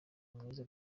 mwiza